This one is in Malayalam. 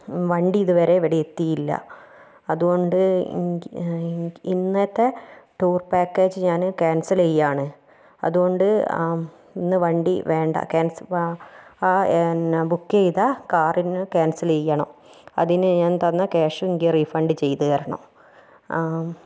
വണ്ടി ഇതുവരെ ഇവിടെ എത്തിയില്ല അതുകൊണ്ട് എനിക്ക് എനി ഇന്നത്തെ ടൂർ പാക്കേജ് ഞാൻ ക്യാൻസൽ ചെയ്യുകയാണ് അതുകൊണ്ട് ഇന്ന് വണ്ടി വേണ്ട ക്യാൻസ വാ അ ബുക്ക് ചെയ്ത കാർ ഇന്ന് ക്യാൻസൽ ചെയ്യണം അതിന് ഞാൻ തന്ന ക്യാഷ് എനിക്ക് റീഫണ്ട് ചെയ്തു തരണം